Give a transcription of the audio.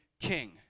king